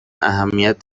اهمیت